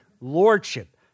Lordship